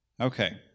Okay